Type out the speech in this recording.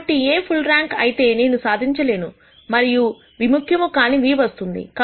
కాబట్టి A full rank అయితే నేను సాధించలేను మరియు విముఖ్యము కాని v వస్తుంది